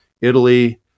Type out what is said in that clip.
Italy